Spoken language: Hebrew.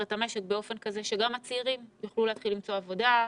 את המשק באופן כזה שגם הצעירים יוכלו להתחיל למצוא עבודה,